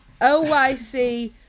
OYC